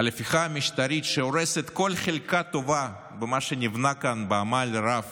על ההפיכה המשטרית שהורסת כל חלקה טובה במה שנבנה כאן בעמל רב